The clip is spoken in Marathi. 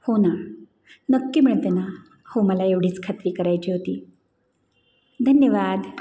हो ना नक्की मिळते ना हो मला एवढीच खात्री करायची होती धन्यवाद